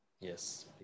Yes